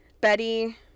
Betty